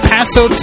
Paso